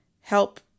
help